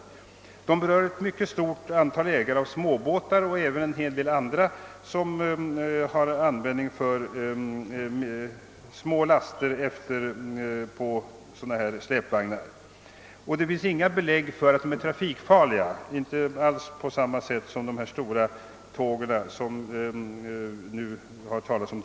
Denna fråga berör ett mycket stort antal ägare av småbåtar men även andra personer, som har nytta av att kunna ta små laster på sådana här släpvagnar. Det finns inte några belägg för att de är trafikfarliga på samma sätt som de stora landsvägståg man tidigare här talat om.